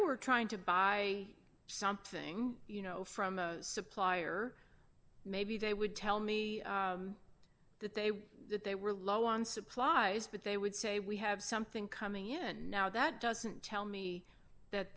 were trying to buy something you know from a supplier maybe they would tell me that they were that they were low on supplies but they would say we have something coming in now that doesn't tell me that